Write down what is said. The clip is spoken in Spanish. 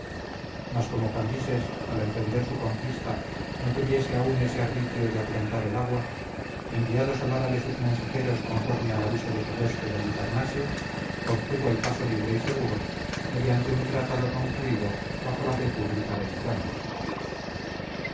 mas como cambises al emprender su conquista no tuviese aun ese arbitrio de aprontar el agua enviados al árabe sus mensajeros conforme al aviso de su huésped halicarnasio obtuvo el paso libre y seguro mediante un tratado concluido bajo la fe pública de entrambos